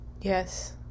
Yes